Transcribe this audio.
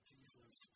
Jesus